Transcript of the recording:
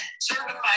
certified